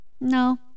no